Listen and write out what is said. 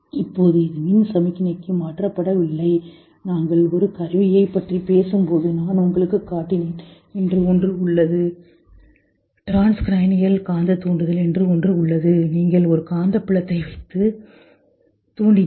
இப்போது இது மின் சமிக்ஞைக்கு மாற்றப்படவில்லை நாங்கள் ஒரு கருவியைப் பற்றி பேசும்போது நான் உங்களுக்குக் காட்டினேன் என்று ஒன்று உள்ளது டிரான்ஸ் கிரானியல் காந்த தூண்டுதல் என்று ஒன்று உள்ளது நீங்கள் ஒரு காந்தப்புலத்தை வைத்து தூண்டினீர்கள்